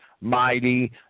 mighty